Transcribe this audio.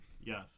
Yes